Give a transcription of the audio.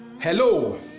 Hello